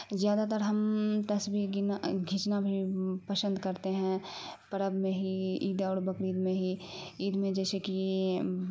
زیادہ تر ہم تصویر کھینچنا پسند کرتے ہیں پرب میں ہی عید اور بقرید میں ہی عید میں جیسے کہ